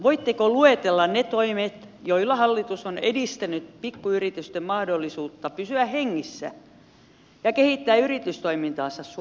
voitteko luetella ne toimet joilla hallitus on edistänyt pikkuyritysten mahdollisuutta pysyä hengissä ja kehittää yritystoimintaansa suomessa